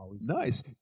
Nice